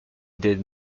did